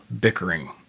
bickering